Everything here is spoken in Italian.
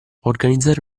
organizzare